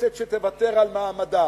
כנסת שתוותר על מעמדה,